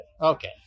Okay